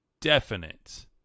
definite